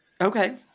Okay